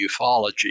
ufology